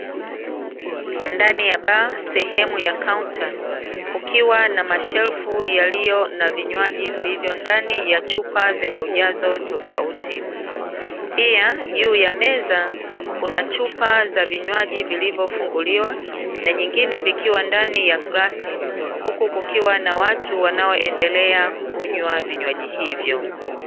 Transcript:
Ndani ya baa sehemu ya kaunta, kukiwa na mashelfu yaliyo na vinywaji vilivyo ndani ya chupa zenye ujazo tofauti. Pia juu ya meza, kuna chupa za vinywaji vilivyofunguliwa, na nyingine vikiwa ndani ya glasi, huku kukiwa na watu wanaoendelea kunywa vinywaji hivyo.